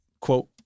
quote